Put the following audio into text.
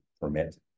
permit